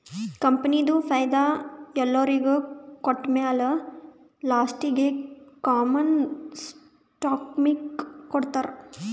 ಕಂಪನಿದು ಫೈದಾ ಎಲ್ಲೊರಿಗ್ ಕೊಟ್ಟಮ್ಯಾಲ ಲಾಸ್ಟೀಗಿ ಕಾಮನ್ ಸ್ಟಾಕ್ದವ್ರಿಗ್ ಕೊಡ್ತಾರ್